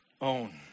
own